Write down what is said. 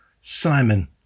Simon